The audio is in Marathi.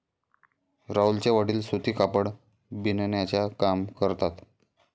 राहुलचे वडील सूती कापड बिनण्याचा काम करतात